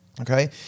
Okay